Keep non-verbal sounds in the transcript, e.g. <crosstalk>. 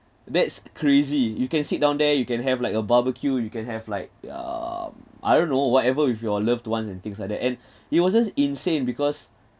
that's crazy you can sit down there you can have like a barbecue you can have like um I don't know whatever with your loved ones and things like that and <breath> it was just insane because